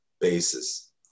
basis